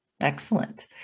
Excellent